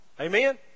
Amen